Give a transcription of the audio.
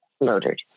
murdered